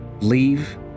Leave